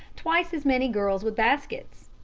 twice as many girls with baskets.